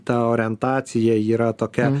ta orientacija yra tokia